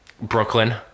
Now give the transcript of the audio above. Brooklyn